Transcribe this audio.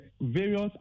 various